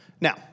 Now